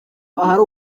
ahari